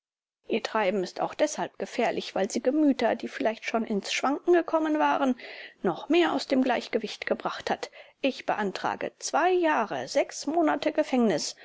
ihr treiben ist auch deshalb gefährlich weil sie gemüter die vielleicht schon ins schwanken gekommen waren noch mehr aus dem gleichgewicht gebracht hat ich beantrage jahre monate gefängnis